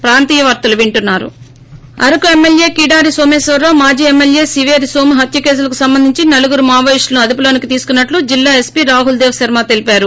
break Araku MLA Kidari Someswara Rao మాజీ MLA Siveri Soma హత్య కేసుకు సంబంధించి నలుగురు మావోయిస్టులను అదుపులోకి తీసుకున్నట్లు జిల్లా ఎస్పీ రాహుల్ దేవ్ శర్మ తెలిపారు